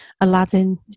aladdin